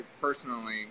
personally